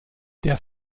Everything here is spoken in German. der